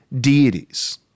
deities